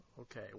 Okay